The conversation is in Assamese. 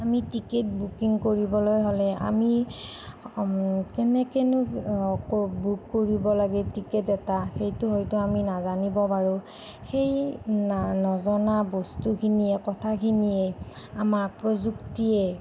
আমি টিকেট বুকিং কৰিবলৈ হ'লে আমি কেনেকেনো বুক কৰিব লাগে টিকেট এটা সেইটো হয়তো আমি নাজানিব পাৰোঁ সেই না নজনা বস্তুখিনিয়ে কথাখিনিয়ে আমাক প্ৰযুক্তিয়ে